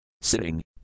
Sitting